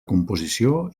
composició